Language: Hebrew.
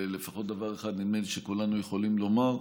ולפחות דבר אחד נדמה לי שכולנו יכולים לומר,